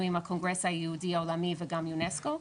עם הקונגרס היהודי העולמי וגם יונסקו,